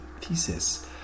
thesis